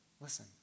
listen